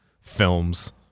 films